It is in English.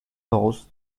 those